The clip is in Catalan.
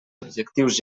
objectius